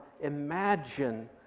Imagine